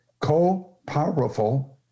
co-powerful